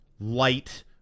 light